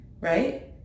right